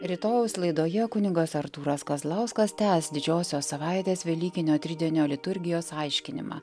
rytojaus laidoje kunigas artūras kazlauskas tęs didžiosios savaitės velykinio tridienio liturgijos aiškinimą